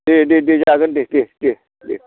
दे दे दे जागोन दे दे दे